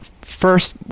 first